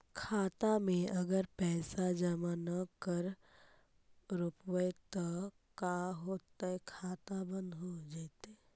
खाता मे अगर पैसा जमा न कर रोपबै त का होतै खाता बन्द हो जैतै?